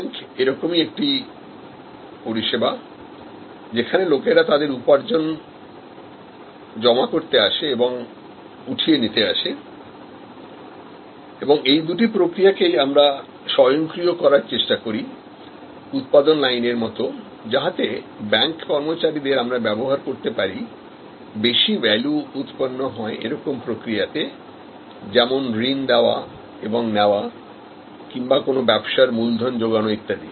bank এ রকমই একটা পরিষেবা যেখানে লোকেরা তাদের উপার্জন জমা করতে আসে এবং উঠিয়ে নিতে আসে এবং এই দুটো প্রক্রিয়াকেই আমরা স্বয়ংক্রিয় করার চেষ্টা করি উৎপাদন লাইনের মতো যাহাতেব্যাংক কর্মচারীদের আমরা ব্যবহার করতে পারি বেশি ভ্যালু উৎপন্ন হয় এরকম প্রক্রিয়াতে যেমন ঋণ দেওয়া এবং নেওয়া কিংবা কোন ব্যবসার মূলধন যোগান ইত্যাদি